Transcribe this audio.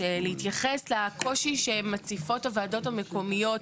להתייחס לקושי שמציפות הוועדות המקומיות,